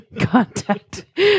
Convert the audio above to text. Contact